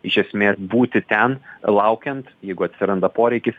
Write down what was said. iš esmės būti ten laukiant jeigu atsiranda poreikis